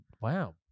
wow